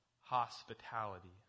hospitality